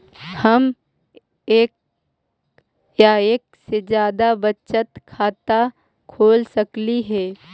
हम एक या एक से जादा बचत खाता खोल सकली हे?